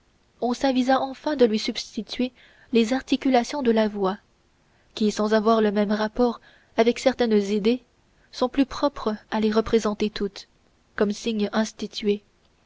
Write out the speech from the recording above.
on s'avisa enfin de lui substituer les articulations de la voix qui sans avoir le même rapport avec certaines idées sont plus propres à les représenter toutes comme signes institués